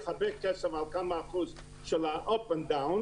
הרבה כסף על כמה אחוז של העלייה והירידה,